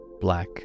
black